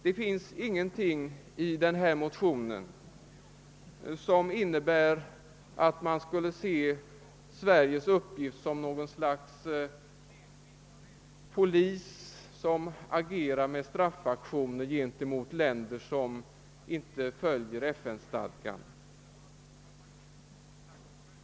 Det finns ingenting i motionen som innebär att Sverige skulle se som sin uppgift att ensam agera polis med straffsanktioner gentemot länder som inte följer FN-stadgan.